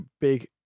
big